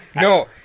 No